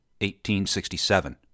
1867